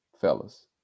fellas